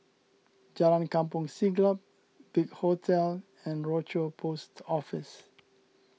Jalan Kampong Siglap Big Hotel and Rochor Post Office